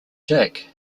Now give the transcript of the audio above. jack